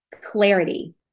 clarity